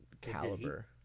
caliber